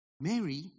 Mary